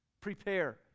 Prepare